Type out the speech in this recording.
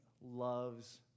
loves